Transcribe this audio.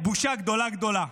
בושה גדולה גדולה.